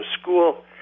school